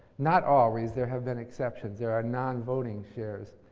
not always. there have been exceptions. there are non-voting shares,